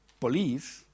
police